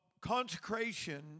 consecration